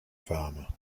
farmer